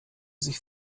sich